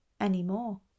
anymore